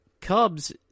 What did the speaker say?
Cubs